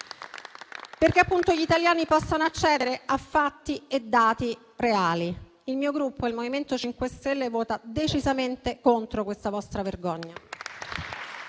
gli italiani possano accedere a fatti e dati reali. Il mio Gruppo, il MoVimento 5 Stelle, voterà decisamente contro questa vostra vergogna.